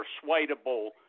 persuadable